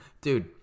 Dude